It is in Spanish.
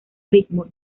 ritmo